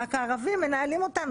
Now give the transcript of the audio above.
רק הערבים מנהלים אותנו,